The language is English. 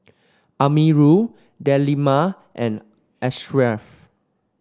Amirul Delima and Ashraff